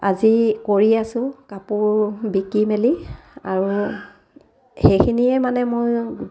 আজি কৰি আছো কাপোৰ বিকি মেলি আৰু সেইখিনিয়ে মানে মই